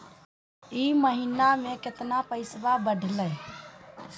ई महीना मे कतना पैसवा बढ़लेया?